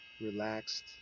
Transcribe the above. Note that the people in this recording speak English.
relaxed